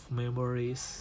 memories